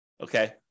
Okay